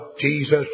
Jesus